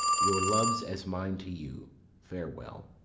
your loves, as mine to you farewell.